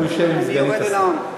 אני יורד אל העם.